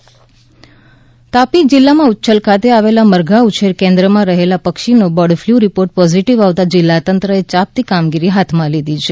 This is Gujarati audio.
બર્ડ ફલ્ તાપી જિલ્લામાં ઉછછલ ખાતે આવેલ મરઘાં ઉછેર કેન્દ્રમાં રહેલા પક્ષીનો બર્ડ ફ્લૂ રિપોર્ટ પોઝિટિવ આવતા જિલ્લા તંત્રએ યાંપતી કામગીરી હાથમાં લીધી છે